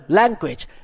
language